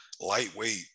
lightweight